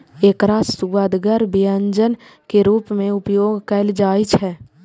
एकरा सुअदगर व्यंजन के रूप मे उपयोग कैल जाइ छै